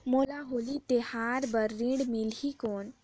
मोला होली तिहार बार ऋण मिलही कौन?